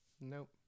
Nope